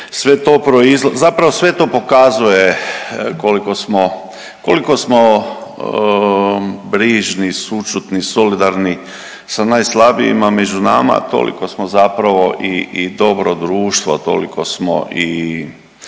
zapravo sve to pokazuje koliko smo, koliko smo brižni, sućutni, solidarni sa najslabijima među nama, toliko smo zapravo i, i dobro društvo, a toliko smo i